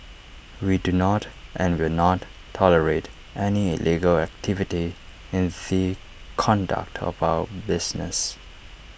we do not and will not tolerate any illegal activity in the conduct of our business